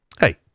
hey